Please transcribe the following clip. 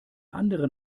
anderen